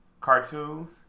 Cartoons